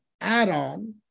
add-on